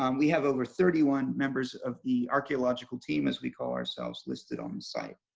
um we have over thirty one members of the archaeological team as we call ourselves listed on the site.